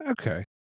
Okay